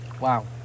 Wow